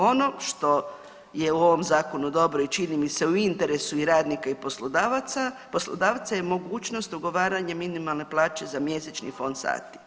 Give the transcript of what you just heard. Ono što je u ovom zakonu dobro i čini mi se u interesu i radnika i poslodavaca, poslodavca je mogućnost ugovaranja minimalne plaće za mjesečni fond sati.